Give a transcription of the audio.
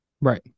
Right